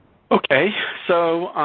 okay. so,